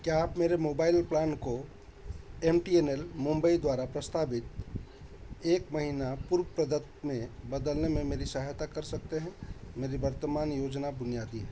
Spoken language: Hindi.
क्या आप मेरे मोबाइल प्लान को M T N L Mumbai द्वारा प्रस्तावित एक महीना पूर्वप्रदत्त में बदलने में मेरी सहायता कर सकते हैं मेरी वर्तमान योजना बुनियादी है